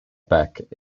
beck